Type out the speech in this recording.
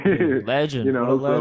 Legend